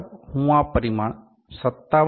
ચાલો હું આ પરિમાણ 57